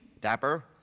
Dapper